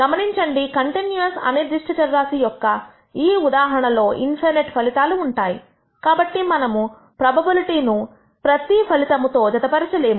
గమనించండి కంటిన్యూయస్ అనిర్దిష్ట చర రాశి యొక్క ఈ ఉదాహరణ లో ∞ ఫలితాలు ఉంటాయి కాబట్టి మనము ప్రోబబిలిటీ ను ప్రతీ ఫలితము తో జతపరచ లేదు